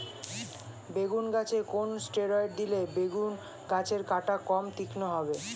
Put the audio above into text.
বেগুন গাছে কোন ষ্টেরয়েড দিলে বেগু গাছের কাঁটা কম তীক্ষ্ন হবে?